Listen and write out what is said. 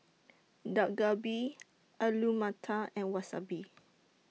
Dak Galbi Alu Matar and Wasabi